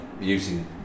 using